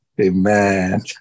Amen